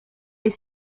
est